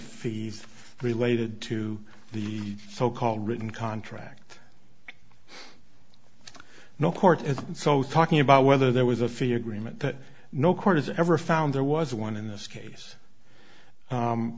fees related to the so called written contract no court is so talking about whether there was a fee agreement that no court has ever found there was one in this case